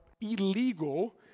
illegal